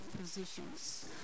positions